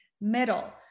middle